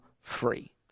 free